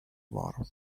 war